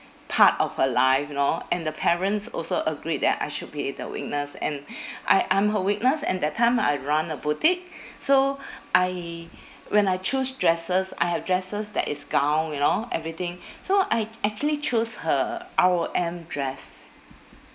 part of her life you know and the parents also agreed that I should be the witness and I I'm her witness and that time I run a boutique so I when I choose dresses I have dresses that is gown you know everything so I actually chose her R_O_M dress